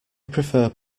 prefer